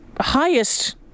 highest